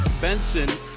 Benson